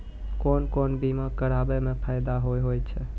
कोन कोन बीमा कराबै मे फायदा होय होय छै?